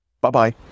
Bye-bye